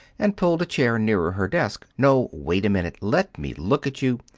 and pulled a chair nearer her desk. no wait a minute! let me look at you.